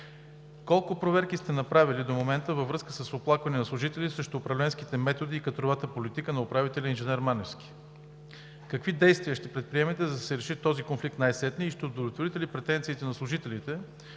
колко проверки сте направили до момента във връзка с оплаквания на служители срещу управленските методи и кадровата политика на управителя инж. Маневски? Какви действия ще предприемете, за да се реши най-сетне този конфликт? Ще удовлетворите ли претенциите на служителите,